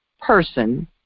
person